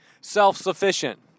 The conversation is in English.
self-sufficient